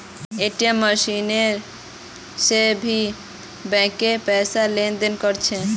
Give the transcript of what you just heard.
ATM machine से भी bank पैसार लेन देन कर छे